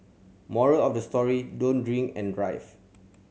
moral of the story don't drink and drive